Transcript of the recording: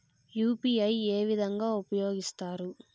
UPI ఏ విధంగా ఉపయోగిస్తారు?